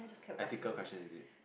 ethical question is it